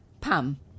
Pam